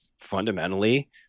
fundamentally